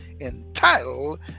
entitled